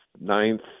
Ninth